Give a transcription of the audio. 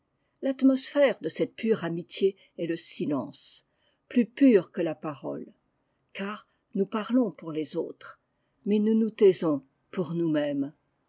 l'atmosphère de cette pure amitié est le silence plus pur que la parole car nous parlons pour les autres mais nous nous taisons pour nous-mêmes